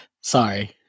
sorry